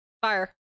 Fire